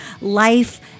life